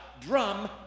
Drum